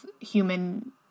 human